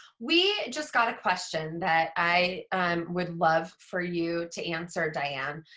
we just got a question that i would love for you to answer diane.